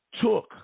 took